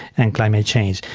and climate change.